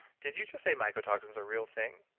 did you just say mycotoxins a real thing?